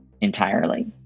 entirely